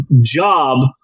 job